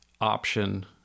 option